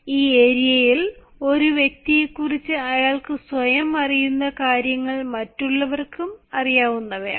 ഈ ഏരിയയിൽ ഒരു വ്യക്തിയെക്കുറിച്ച് അയാൾക്ക് സ്വയം അറിയുന്ന കാര്യങ്ങൾ മറ്റുള്ളവർക്കും അറിയാവുന്നതാണ്